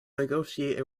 negotiate